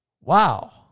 wow